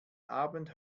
abend